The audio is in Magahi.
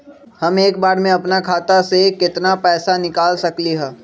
हम एक बार में अपना खाता से केतना पैसा निकाल सकली ह?